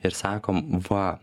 ir sakom va